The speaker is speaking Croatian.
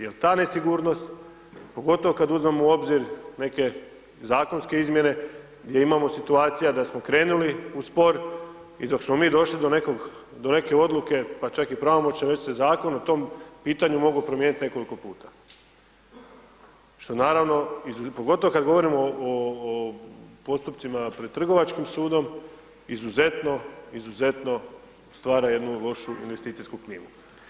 Jer ta nesigurnost pogotovo kada uzmemo u obzir neke zakonske izmjene gdje imamo situacija da smo skrenuli u spor i dok smo mi došli do neke odluke, pa čak i pravomoćne, već se zakon o tom pitanju mogao promijeniti nekoliko puta što naravno pogotovo kada govorimo o postupcima pred trgovačkim sudom izuzetno, izuzetno stvara jednu lošu investicijsku klimu.